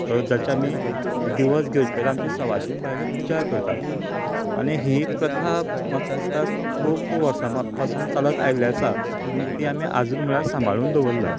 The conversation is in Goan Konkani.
जाचे आमी दिवज घेवच्या पयलीं आमची सवाशीण बायलो पूजा करतात आनी ही प्रथा म्हाका दिसता खूब वर्सां पासून चलत आयली आसा ती आमी आजून म्हळ्यार सांबाळून दवरलां